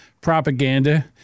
propaganda